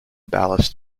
ballast